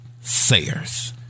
Sayers